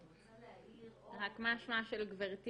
אני ממונה על מנהיגות צעירה,